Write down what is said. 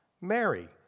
Mary